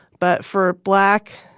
but for black,